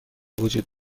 وجود